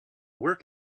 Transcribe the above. work